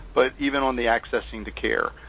but even on the accessing the care.